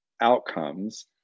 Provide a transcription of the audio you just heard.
outcomes